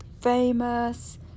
famous